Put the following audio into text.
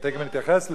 ותיכף אני אתייחס לזה,